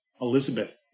Elizabeth